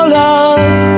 love